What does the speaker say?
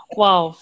Wow